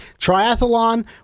Triathlon